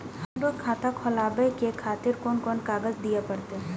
हमरो खाता खोलाबे के खातिर कोन कोन कागज दीये परतें?